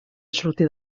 sortir